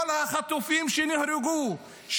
כל החטופים שנהרגו,